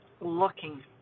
looking